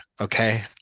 okay